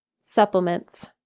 supplements